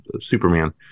Superman